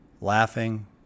laughing